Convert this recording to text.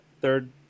third